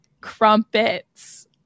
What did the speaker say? crumpets